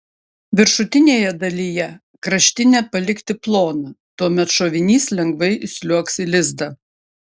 viršutinėje dalyje kraštinę palikti ploną tuomet šovinys lengvai įsliuogs į lizdą